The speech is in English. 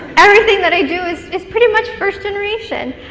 everything that i do is is pretty much first generation.